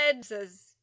says